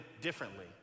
differently